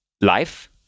life